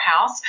house